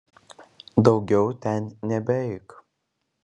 daugiau ten nebeik